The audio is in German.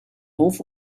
hof